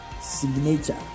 signature